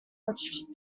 much